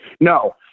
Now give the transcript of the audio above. No